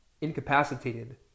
incapacitated